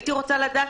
הייתי רוצה לדעת,